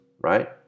right